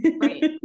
Right